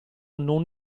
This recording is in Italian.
non